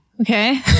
Okay